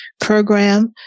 program